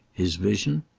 his vision?